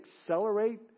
accelerate